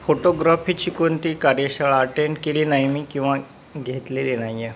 फोटोग्रॉफीची कोणती कार्यशाळा अटेंड केली नाही मी किंवा घेतलेली नाही आहे